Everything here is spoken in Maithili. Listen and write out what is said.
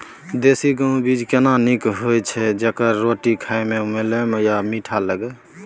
देसी गेहूँ बीज केना नीक होय छै जेकर रोटी खाय मे मुलायम आ मीठ लागय?